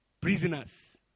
Prisoners